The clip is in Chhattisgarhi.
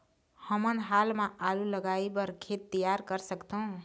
हमन हाल मा आलू लगाइ बर खेत तियार कर सकथों?